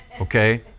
Okay